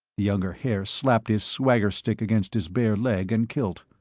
the younger haer slapped his swagger stick against his bare leg and kilt.